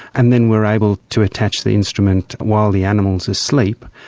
and then we're able to attach the instrument while the animal is asleep.